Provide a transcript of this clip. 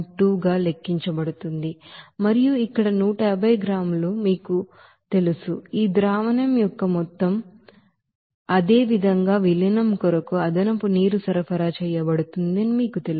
2 గా లెక్కించబడుతుంది మరియు ఇక్కడ 150 మీకు గ్రాము తెలుసు ఈ ಸೊಲ್ಯೂಷನ್ యొక్క మొత్తం మొత్తం అదేవిధంగా విలీనం కొరకు అదనపు నీరు సరఫరా చేయబడుతుందని మీకు తెలుసు